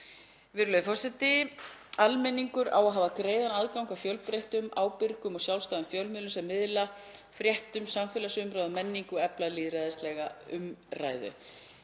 Virðulegi forseti. Almenningur á að hafa greiðan aðgang að fjölbreyttum, ábyrgum og sjálfstæðum fjölmiðlum sem miðla fréttum, samfélagsumræðu, menningu og efla lýðræðislega umræðu.